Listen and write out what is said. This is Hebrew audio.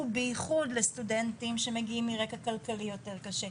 בייחוד לסטודנטים שמגיעים מרקע כלכלי יותר קשה,